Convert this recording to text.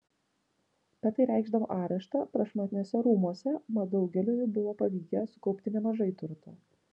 bet tai reikšdavo areštą prašmatniuose rūmuose mat daugeliui jų buvo pavykę sukaupti nemažai turto